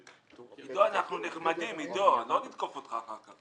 עידו, אנחנו נחמדים, לא נתקוף אותך אחר כך.